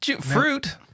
Fruit